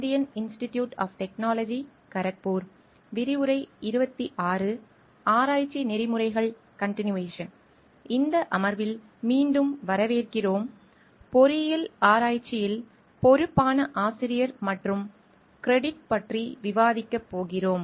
இந்த அமர்வில் மீண்டும் வரவேற்கிறோம் பொறியியல் ஆராய்ச்சியில் பொறுப்பான ஆசிரியர் மற்றும் கிரெடிட் பற்றி விவாதிக்கப் போகிறோம்